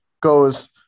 goes